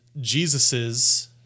Jesus's